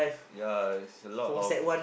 yea it's a lot of